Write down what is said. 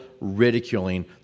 ridiculing